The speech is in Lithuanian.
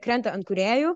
krenta ant kūrėjų